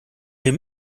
him